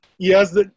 Yes